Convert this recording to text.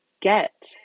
get